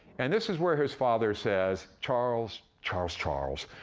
and this is where his father says, charles, charles, charles,